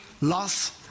loss